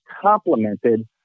complemented